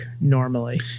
normally